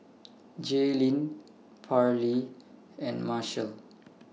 Jaylene Parlee and Marshall